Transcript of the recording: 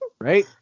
right